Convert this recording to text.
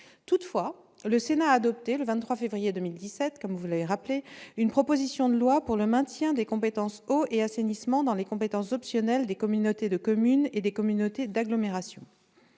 Toutefois, le Sénat a adopté, le 23 février 2017, comme vous l'avez rappelé, une proposition de loi pour le maintien des compétences « eau » et « assainissement » dans les compétences optionnelles des communautés de communes et des communautés d'agglomération.